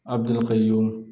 عبد القیوم